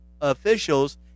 officials